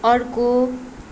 अर्को